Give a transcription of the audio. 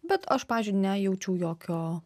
bet aš pavyzdžiui nejaučiau jokio